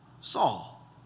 Saul